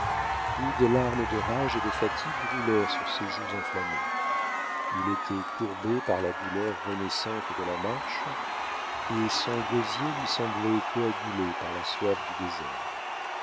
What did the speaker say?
puis des larmes de rage et de fatigue roulèrent sur ses joues enflammées il était courbé par la douleur renaissante de la marche et son gosier lui semblait coagulé par la soif du désert